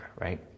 right